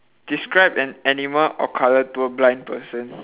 describe an animal or colour to a blind person